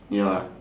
ya